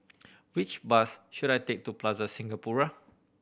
which bus should I take to Plaza Singapura